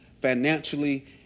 financially